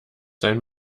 sein